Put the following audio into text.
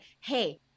hey